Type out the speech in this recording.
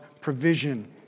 provision